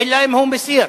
אלא אם כן הוא מסיר.